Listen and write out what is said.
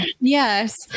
yes